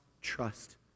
trust